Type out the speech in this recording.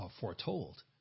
foretold